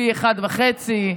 פי 1.5,